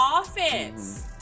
offense